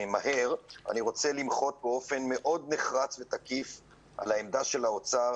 אני רוצה למחות באופן מאוד נחרץ ותקיף על העמדה של האוצר,